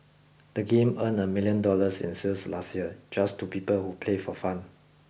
the game earned a million dollars in sales last year just to people who play for fun